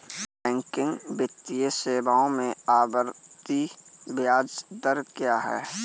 गैर बैंकिंग वित्तीय सेवाओं में आवर्ती ब्याज दर क्या है?